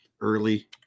early